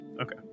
Okay